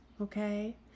okay